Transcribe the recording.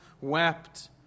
wept